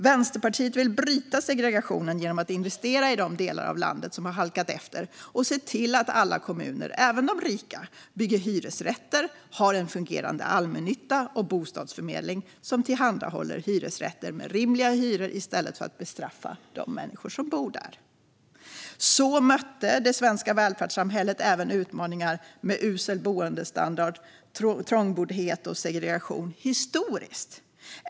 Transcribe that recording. Vänsterpartiet vill bryta segregationen genom att investera i de delar av landet som har halkat efter och se till att alla kommuner, även de rika, bygger hyresrätter och har en fungerande allmännytta och bostadsförmedling som tillhandahåller hyresrätter med rimliga hyror i stället för att bestraffa de människor som bor där. Så har det svenska välfärdssamhället även historiskt mött utmaningar med usel boendestandard, trångboddhet och segregation.